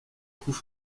coups